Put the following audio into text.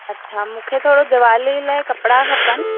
अच्छा मूंखे थोरो दिवाली लाइ कपिड़ा खपनि